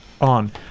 on